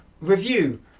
review